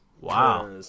Wow